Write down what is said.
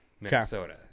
Minnesota